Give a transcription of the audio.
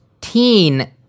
Teen